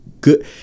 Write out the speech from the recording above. good